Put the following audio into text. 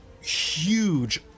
huge